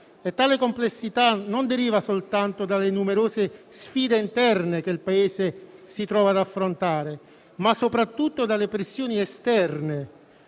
e tale complessità non deriva soltanto dalle numerose sfide interne che il Paese si trova ad affrontare, ma soprattutto dalle pressioni esterne,